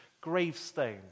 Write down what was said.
gravestone